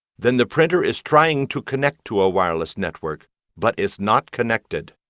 then the printer is trying to connect to a wireless network but is not connected.